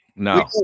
No